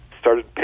started